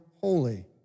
holy